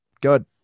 good